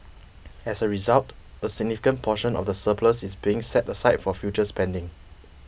as a result a significant portion of the surplus is being set aside for future spending